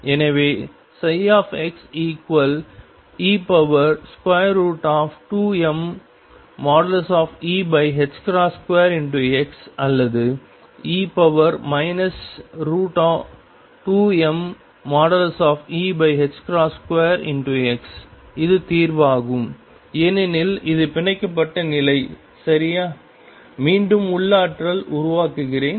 எனவே xe2mE2x அல்லது e 2mE2x இது தீர்வாகும் ஏனெனில் இது பிணைக்கப்பட்ட நிலை சரியா மீண்டும் உள்ளாற்றல் உருவாக்குகிறேன்